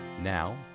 Now